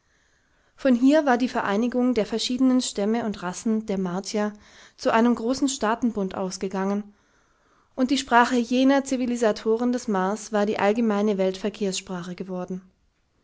von hier war die vereinigung der verschiedenen stämme und rassen der martier zu einem großen staatenbund ausgegangen und die sprache jener zivilisatoren des mars war die allgemeine weltverkehrssprache geworden